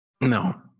No